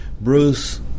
Bruce